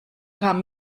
kam